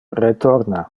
retorna